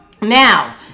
now